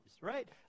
right